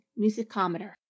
musicometer